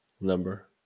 number